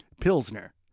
Pilsner